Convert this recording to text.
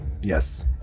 Yes